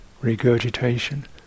regurgitation